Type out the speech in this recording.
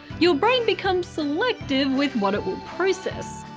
your brain becomes selective with what it will process.